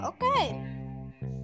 Okay